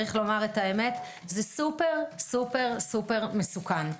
זה סופר סופר מסוכן.